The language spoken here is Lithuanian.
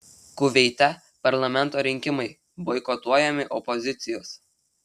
kuveite parlamento rinkimai boikotuojami opozicijos